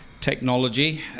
technology